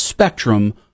spectrum